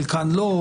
חלקן לא,